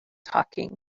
talking